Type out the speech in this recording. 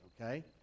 okay